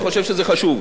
אני חושב שזה חשוב.